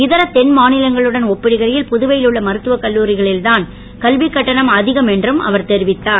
இதர தென்மாநிலங்களுடன் ஒப்பிடுகையில் புதுவையில் உள்ள மருத்துவக் கல்லூரிகளில் தான் கல்விக்கட்டணம் அதிகம் என்றும் அவர் தெரிவித்தார்